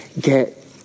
get